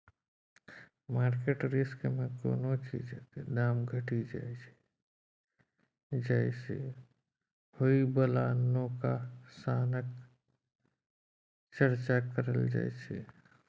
market risk मे कोनो चीजक दाम घटि जाइ सँ होइ बला नोकसानक चर्चा करल जाइ छै